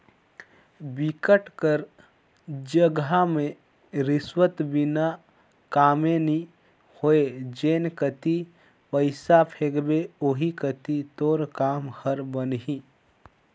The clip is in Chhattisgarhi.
बिकट कर जघा में रिस्वत बिना कामे नी होय जेन कती पइसा फेंकबे ओही कती तोर काम हर बनही